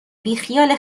بیخیال